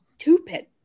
stupid